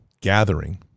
gathering